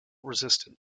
resistant